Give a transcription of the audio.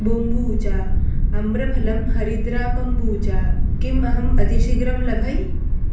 बोम्बूचा आम्रफलम् हरिद्रा कम्बूचा किम् अहं अतिशीघ्रं लभै